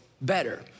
better